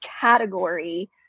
category